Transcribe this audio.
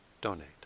donate